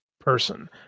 person